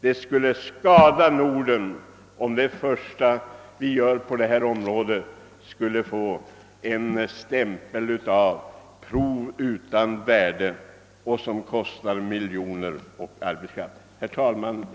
Det skulle skada det nordiska samarbetet, om det första vi gör tillsammans på detta område skulle komma att åsättas en stämpel av prov utan värde, trots att det tagit i anspråk miljonbelopp och dyrbar arbetskraft. Herr talman!